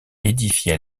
édifiés